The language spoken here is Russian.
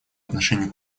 отношению